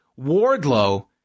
Wardlow